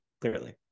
clearly